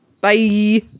Bye